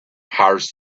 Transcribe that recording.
hires